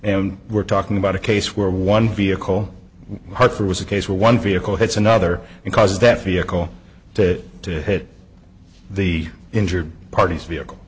and we're talking about a case where one vehicle hard for was a case where one vehicle hits another and caused that vehicle to to hit the injured parties vehicle